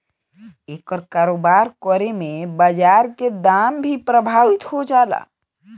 एकर कारोबार करे में बाजार के दाम भी प्रभावित हो जाला